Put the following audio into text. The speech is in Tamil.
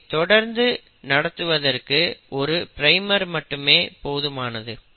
இதை தொடர்ந்து நடத்துவதற்கு ஒரு பிரைமர் மட்டுமே போதுமானது